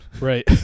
Right